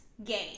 game